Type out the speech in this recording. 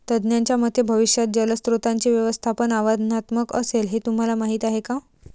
तज्ज्ञांच्या मते भविष्यात जलस्रोतांचे व्यवस्थापन आव्हानात्मक असेल, हे तुम्हाला माहीत आहे का?